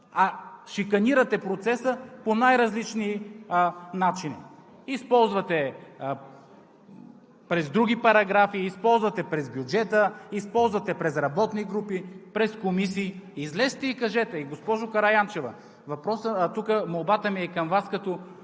а шиканирате процеса по най-различни начини – използвате през други параграфи, използвате през бюджета, използвате през работни групи, през комисии. Госпожо Караянчева, молбата ми е към Вас като